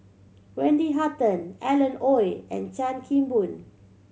Wendy Hutton Alan Oei and Chan Kim Boon